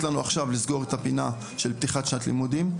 לנו עכשיו לסגור את הפינה של פתיחת שנת לימודים,